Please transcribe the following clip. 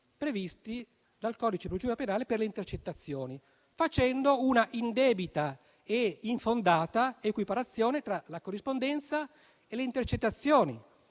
previsti dal codice di procedura penale per le intercettazioni, facendo una indebita e infondata equiparazione tra la corrispondenza e le intercettazioni,